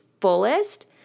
fullest